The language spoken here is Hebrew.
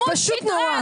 זה פשוט נורא.